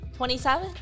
27